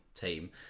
team